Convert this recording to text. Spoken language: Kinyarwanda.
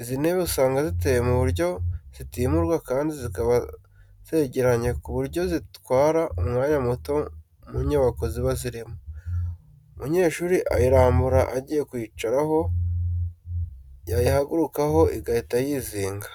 Izi ntebe usanga ziteye ku buryo zitimurwa kandi zikaba zegeranye ku buryo zitwara umwanya muto mu nyubako ziba zirimo. Umunyeshuri ayirambura agiye kuyicaraho, yayihagurukaho igahita yizinga.